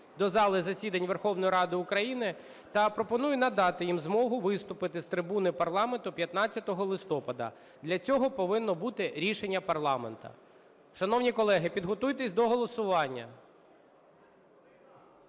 до зали засідань Верховної Ради України та пропоную надати їм змогу виступити з трибуни парламенту 15 листопада. Для цього повинно бути рішення парламенту. Шановні колеги, підготуйтесь до голосування.